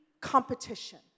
competition